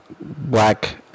black